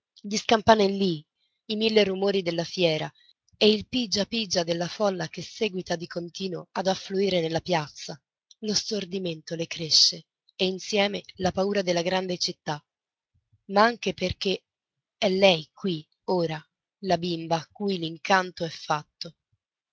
scampanellii i mille rumori della fiera e il pigia pigia della folla che seguita di continuo ad affluire nella piazza lo stordimento le cresce e insieme la paura della grande città ma anche perché è lei qui ora la bimba a cui l'incanto è fatto